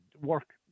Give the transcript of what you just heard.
work